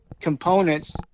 components